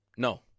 No